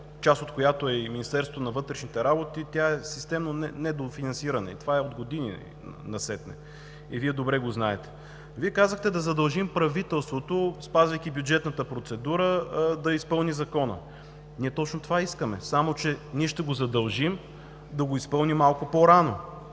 част от която е и Министерството на вътрешните работи, е системно недофинансирана и това е от години насетне, и Вие добре го знаете. Вие казахте да задължим правителството, спазвайки бюджетната процедура, да изпълни Закона. Ние точно това искаме, само че ние ще го задължим да го изпълни малко по-рано,